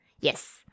Yes